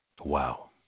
Wow